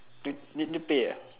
need need to pay uh